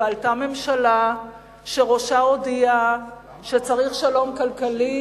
ועלתה ממשלה שראשה הודיע שצריך שלום כלכלי,